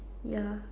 ya